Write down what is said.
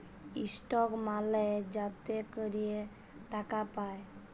stock মালে যাতে ক্যরে টাকা পায়